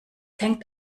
hängt